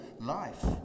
life